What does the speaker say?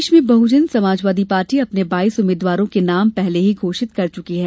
प्रदेश में बहजन समाजपार्टी अपने बाइस उम्मीदवारों के नाम पहले ही घोषित कर चुकी है